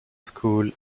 school